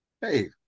Hey